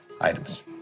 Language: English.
items